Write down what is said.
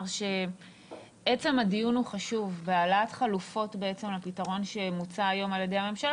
עצם הדיון בהעלאת חלופות לפתרון שמוצע היום על ידי הממשלה,